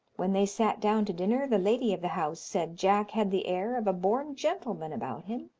when they sat down to dinner, the lady of the house said jack had the air of a born gentleman about him,